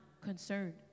concerned